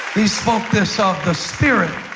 he spoke this of the spirit.